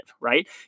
right